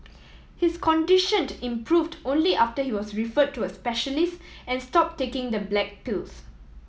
his conditioned improved only after he was referred to a specialist and stop taking the black pills